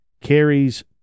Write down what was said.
carries